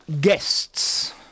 guests